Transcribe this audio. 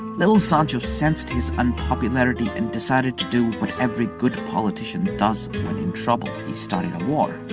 little sancho sensed his unpopularity and decided to do what every good politician does when in trouble, he started a war.